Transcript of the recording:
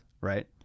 Right